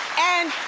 and,